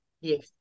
yes